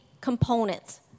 components